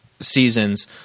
seasons